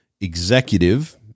executive